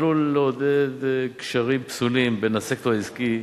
עלול לעודד קשרים פסולים בין הסקטור העסקי